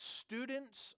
students